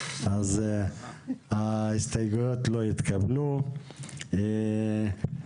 1 ההסתייגויות של חבר הכנסת אוסאמה סעדי לסעיף 8 לא